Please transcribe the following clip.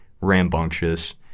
rambunctious